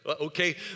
Okay